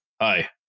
Hi